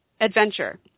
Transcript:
adventure